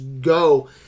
go